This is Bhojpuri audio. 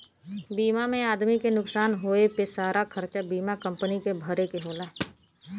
बीमा में आदमी के नुकसान होए पे सारा खरचा बीमा कम्पनी के भरे के होला